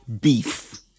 beef